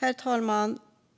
Herr talman!